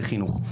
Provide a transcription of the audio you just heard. זה חינוך.